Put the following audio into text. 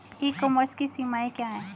ई commerce की सीमाएं क्या हैं?